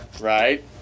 right